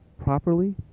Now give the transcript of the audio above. properly